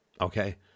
Okay